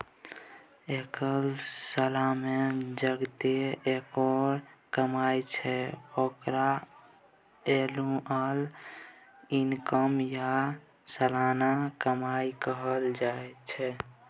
एक सालमे जतेक केओ कमाइ छै ओकरा एनुअल इनकम या सलियाना कमाई कहल जाइ छै